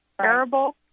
terrible